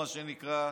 מה שנקרא.